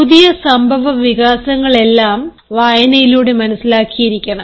പുതിയ സംഭവവികാസങ്ങളെല്ലാം വായനയിലൂടെ മനസിലാക്കിയിരിക്കണം